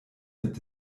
mit